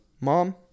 Mom